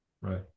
Right